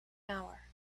hour